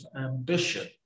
ambition